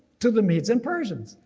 to the medes and persians.